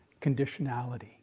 conditionality